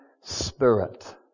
spirit